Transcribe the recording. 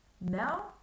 now